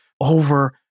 over